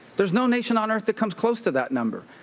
there's no nation on earth that comes close to that number.